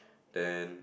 then